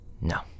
no